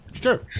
Sure